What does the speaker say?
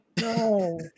No